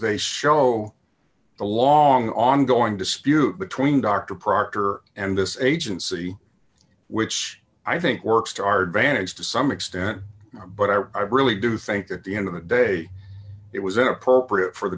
they show the long ongoing dispute between dr proctor and this agency which i think works to our advantage to some extent but i really do think at the end of the day it was inappropriate for the